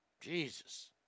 Jesus